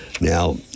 Now